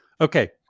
Okay